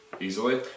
Easily